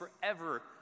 forever